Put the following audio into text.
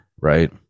Right